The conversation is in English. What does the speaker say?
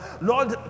Lord